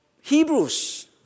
Hebrews